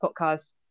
podcast